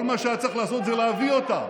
כל מה שהיה צריך זה להביא אותם.